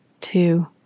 two